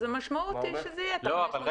אז המשמעות היא שזה יהיה --- רגע,